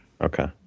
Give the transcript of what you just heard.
Okay